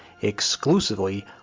exclusively